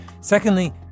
Secondly